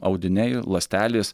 audiniai ląstelės